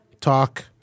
talk